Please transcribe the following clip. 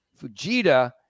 Fujita